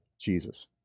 Jesus